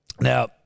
now